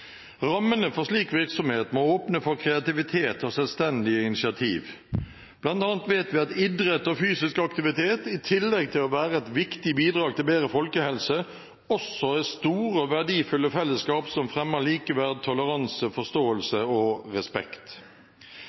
Rammene for slik virksomhet må åpne for kreativitet og selvstendig initiativ. Blant annet vet vi at idrett og fysisk aktivitet i tillegg til å være et viktig bidrag til bedre folkehelse også er store og verdifulle fellesskap som fremmer likeverd, toleranse, forståelse og respekt.